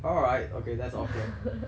alright okay that's awkward